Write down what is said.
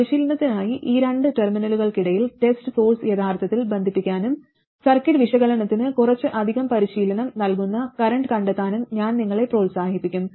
പരിശീലനത്തിനായി ഈ രണ്ട് ടെർമിനലുകൾക്കിടയിൽ ടെസ്റ്റ് സോഴ്സ് യഥാർത്ഥത്തിൽ ബന്ധിപ്പിക്കാനും സർക്യൂട്ട് വിശകലനത്തിൽ കുറച്ച് അധിക പരിശീലനം നൽകുന്ന കറന്റ് കണ്ടെത്താനും ഞാൻ നിങ്ങളെ പ്രോത്സാഹിപ്പിക്കും